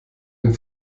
den